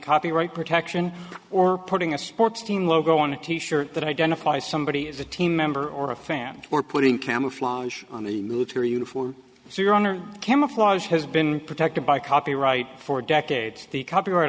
copyright protection or putting a sports team logo on a t shirt that identifies somebody as a team member or a fan or putting camouflage on the military uniform so your honor camouflage has been protected by copyright for decades the copyright